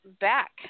back